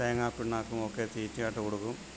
തേങ്ങാപ്പിണ്ണാക്കുമൊക്കെ തീറ്റയായിട്ട് കൊടുക്കും